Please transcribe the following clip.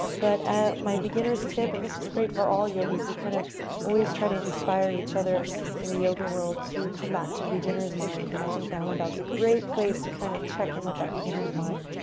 but ah my beginner's tip, and this is great for all yogis we kind of always try to inspire each other in the yoga world to come back to a beginner's mind. and i think downward dog is a great place to kind of check in with that beginner's mind,